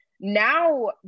now